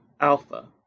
Alpha